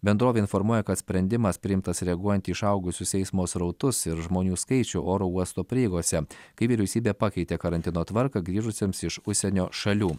bendrovė informuoja kad sprendimas priimtas reaguojant į išaugusius eismo srautus ir žmonių skaičių oro uosto prieigose kai vyriausybė pakeitė karantino tvarką grįžusiems iš užsienio šalių